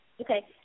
Okay